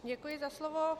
Děkuji za slovo.